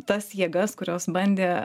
tas jėgas kurios bandė